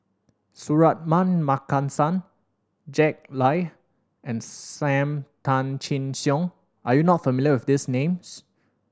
Suratman Markasan Jack Lai and Sam Tan Chin Siong are you not familiar with these names